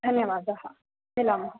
धन्यवादः मिलामः